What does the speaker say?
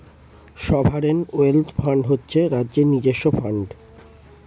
sovereign wealth fund হচ্ছে রাজ্যের নিজস্ব ফান্ড